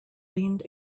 leaned